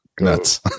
nuts